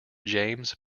james